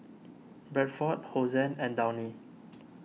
Bradford Hosen and Downy